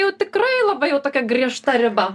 jau tikrai labai jau tokia griežta riba